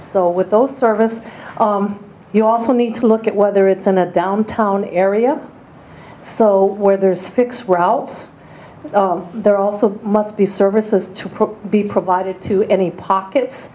so with those services you also need to look at whether it's in a downtown area so where there's fix were out there also must be services to be provided to any pockets